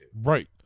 right